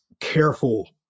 careful